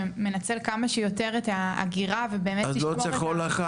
שמנצל כמה שיותר את האגירה --- אז לא צריך הולכה.